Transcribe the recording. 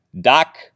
Doc